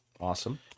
Awesome